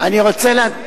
עובדה שיש שליחים שלא,